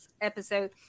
episode